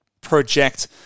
project